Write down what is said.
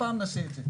הפעם נעשה את זה.